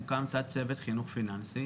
הוקם תת צוות חינוך פיננסי,